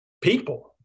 people